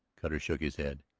cutter shook his head.